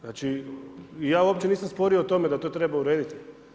Znači, ja uopće nisam sporio o tome da to treba urediti.